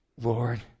Lord